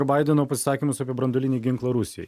ir baideno pasisakymus apie branduolinį ginklą rusijoj